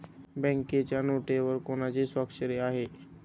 बँकेच्या नोटेवर कोणाची स्वाक्षरी आहे?